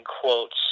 quotes